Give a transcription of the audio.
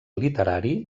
literari